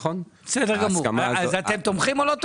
בסדר גמור, אז אתם תומכים או לא תומכים?